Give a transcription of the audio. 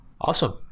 Awesome